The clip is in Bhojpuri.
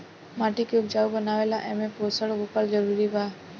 माटी के उपजाऊ बनावे ला एमे पोषण होखल जरूरी बा